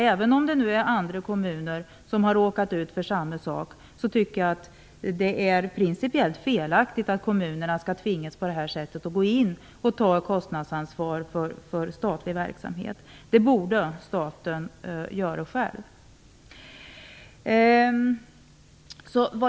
Även om nu andra kommuner har råkat ut för samma sak tycker jag att det är principiellt felaktigt att kommuner på det här sättet skall tvingas gå in och ta ett kostnadsansvar för statlig verksamhet. Det borde staten göra själv.